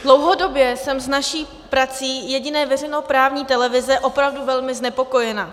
Dlouhodobě jsem s naší prací jediné veřejnoprávní televize opravdu velmi znepokojena.